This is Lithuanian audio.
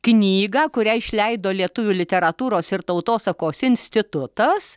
knygą kurią išleido lietuvių literatūros ir tautosakos institutas